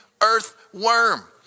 earthworm